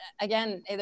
again